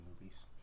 movies